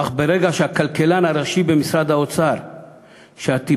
אך ברגע שהכלכלן הראשי במשרד האוצר אומר,